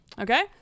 Okay